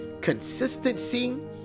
consistency